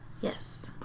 Yes